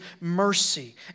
mercy